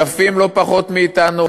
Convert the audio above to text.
יפים לא פחות מאתנו,